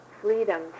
freedom